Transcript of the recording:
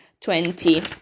twenty